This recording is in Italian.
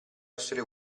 essere